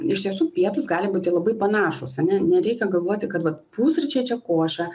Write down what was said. iš tiesų pietūs gali būti labai panašūs ane nereikia galvoti kad vat pusryčiai čia košė